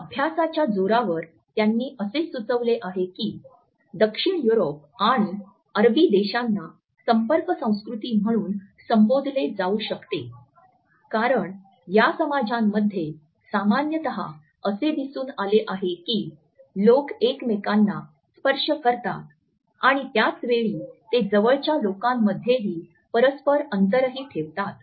अभ्यासाच्या जोरावर त्यांनी असे सुचविले आहे की दक्षिण युरोप आणि अरबी देशांना संपर्क संस्कृती म्हणून संबोधले जाऊ शकते कारण या समाजांमध्ये सामान्यत असे दिसून आले आहे की लोक एकमेकांना स्पर्श करतात आणि त्याच वेळी ते जवळच्या लोकांमध्येही परस्पर अंतरही ठेवतात